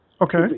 Okay